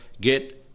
get